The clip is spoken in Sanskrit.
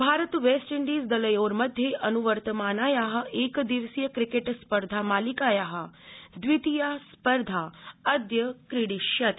क्रिकेट भारत वैस्टइण्डीज दलयोर्मध्ये अन्वर्तमानाया एकदिवसीयक्रिकेट स्पर्धा मालिकाया द्वितीया स्पर्धा अद्य क्रीडिष्यते